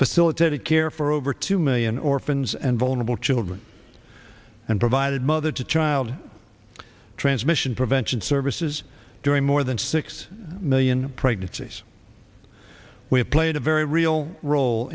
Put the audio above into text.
facilitated care for over two million orphans and vulnerable children and provided mother to child transmission prevention services during more than six million pregnancies we have played a very real role